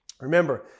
Remember